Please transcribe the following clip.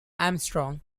armstrong